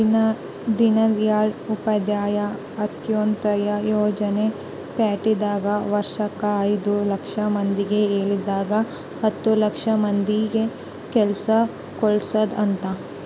ದೀನ್ದಯಾಳ್ ಉಪಾಧ್ಯಾಯ ಅಂತ್ಯೋದಯ ಯೋಜನೆ ಪ್ಯಾಟಿದಾಗ ವರ್ಷಕ್ ಐದು ಲಕ್ಷ ಮಂದಿಗೆ ಹಳ್ಳಿದಾಗ ಹತ್ತು ಲಕ್ಷ ಮಂದಿಗ ಕೆಲ್ಸ ಕಲ್ಸೊದ್ ಅಂತ